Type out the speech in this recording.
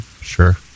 Sure